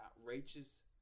outrageous